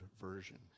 Version